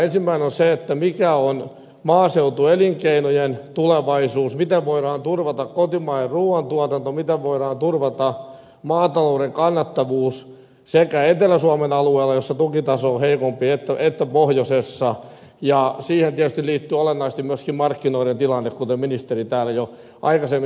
ensimmäinen on se mikä on maaseutuelinkeinojen tulevaisuus miten voidaan turvata kotimainen ruoantuotanto miten voidaan turvata maatalouden kannattavuus sekä etelä suomen alueella jossa tukitaso on heikompi että pohjoisessa ja siihen tietysti liittyy olennaisesti myöskin markkinoiden tilanne kuten ministeri täällä jo aikaisemmin sanoi